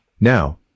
Now